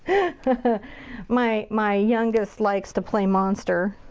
but my my youngest like to play monster.